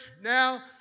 now